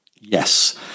Yes